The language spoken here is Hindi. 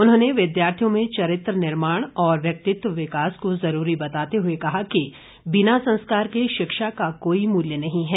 उन्होंने विद्यार्थियों में चरित्र निर्माण और व्यक्तित्व विकास को जरूरी बताते हुए कहा कि बिना संस्कार के शिक्षा का कोई मूल्य नहीं है